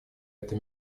это